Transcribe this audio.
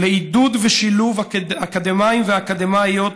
לעידוד ולשילוב של אקדמאים ואקדמאיות